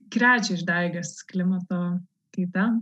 krečia išdaigas klimato kaita